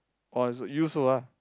you also ah